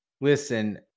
listen